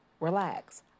Relax